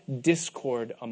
discord